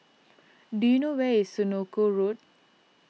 do you know where is Senoko Road